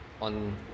on